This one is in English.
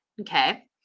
Okay